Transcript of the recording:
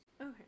Okay